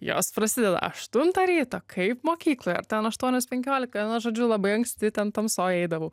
jos prasideda aštuntą ryto kaip mokykloje ten aštuonios penkiolika na žodžiu labai anksti ten tamsoj eidavau